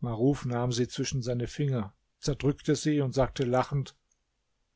maruf nahm sie zwischen seine finger zerdrückte sie und sagte lachend